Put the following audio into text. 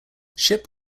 shipp